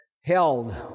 held